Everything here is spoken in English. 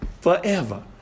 forever